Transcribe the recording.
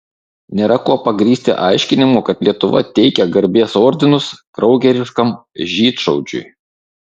nėra kuo pagrįsti aiškinimų kad lietuva teikia garbės ordinus kraugeriškam žydšaudžiui